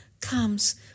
comes